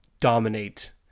dominate